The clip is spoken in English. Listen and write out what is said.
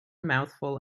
mouthful